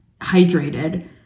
hydrated